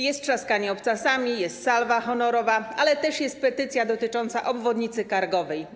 Jest trzaskanie obcasami, jest salwa honorowa, ale też jest petycja dotycząca obwodnicy Kargowej.